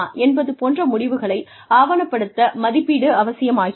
என்பது போன்ற முடிவுகளை ஆவணப்படுத்த மதிப்பீடு அவசியமாகிறது